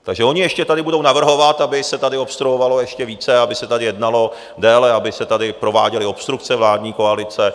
Takže oni ještě tady budou navrhovat, aby se tady obstruovalo ještě více, aby se tady jednalo déle, aby se tady prováděly obstrukce vládní koalice.